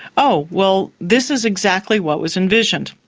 oh, well, this is exactly what was envisioned.